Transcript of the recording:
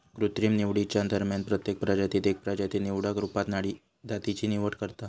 कृत्रिम निवडीच्या दरम्यान प्रत्येक प्रजातीत एक प्रजाती निवडक रुपात जातीची निवड करता